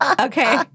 okay